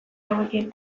hauekin